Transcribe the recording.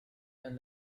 and